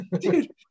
dude